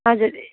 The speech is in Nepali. हजुर